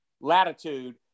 latitude